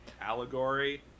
allegory